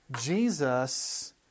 Jesus